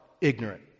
ignorant